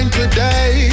today